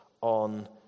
on